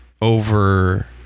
over